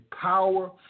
power